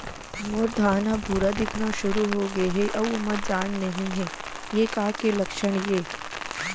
मोर धान ह भूरा दिखना शुरू होगे हे अऊ ओमा जान नही हे ये का के लक्षण ये?